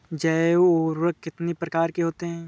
जैव उर्वरक कितनी प्रकार के होते हैं?